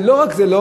ולא רק זה,